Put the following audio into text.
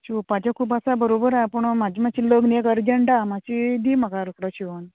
शिंवपाचे खूब आसा बरोबर आहा पूण म्हाजे मात्शी लग्न एक अर्जंट आहा मात्शी दी म्हाका रोकडो शिवोन